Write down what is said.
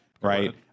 right